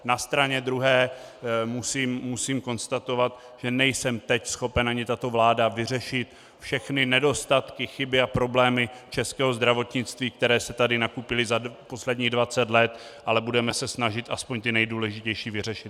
Na straně druhé musím konstatovat, že nejsem teď schopen, ani tato vláda, vyřešit všechny nedostatky, chyby a problémy českého zdravotnictví, které se tady nakupily za posledních dvacet let, ale budeme se snažit aspoň ty nejdůležitější vyřešit.